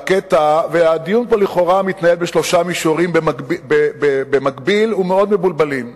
הדיון מתנהל לכאורה בשלושה מישורים מאוד מבולבלים ובמקביל: